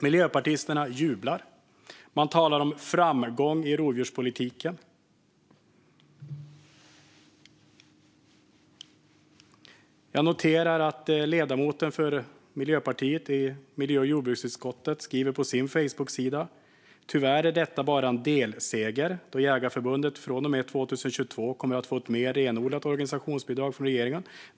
Miljöpartisterna jublade och talade om framgång i rovdjurspolitiken. Jag noterar att ledamoten för Miljöpartiet i miljö och jordbruksutskottet skriver på sin Facebooksida: Tyvärr är detta bara en delseger då Jägareförbundet från och med 2022 kommer att få ett mer renodlat organisationsbidrag från regeringen.